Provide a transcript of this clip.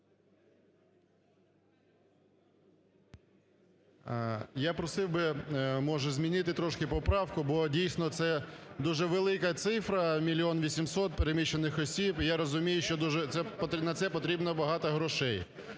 Я просив би може змінити трошки поправку, бо дійсно це дуже велика цифра мільйон 800 переміщених осіб. І я розумію, що дуже… на це потрібно багато грошей.